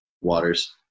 waters